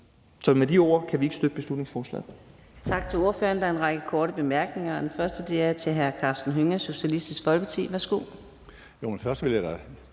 Men med de ord kan vi ikke støtte beslutningsforslaget.